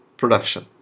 production